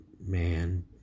man